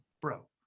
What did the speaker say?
Bro